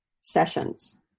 sessions